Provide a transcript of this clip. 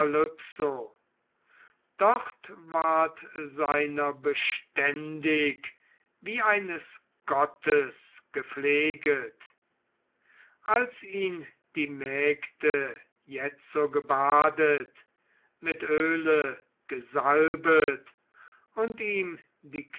dort ward seiner beständig wie eines gottes gepfleget als ihn die mägde jetzo gebadet mit öle gesalbet und ihm die